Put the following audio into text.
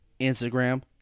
Instagram